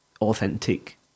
authentic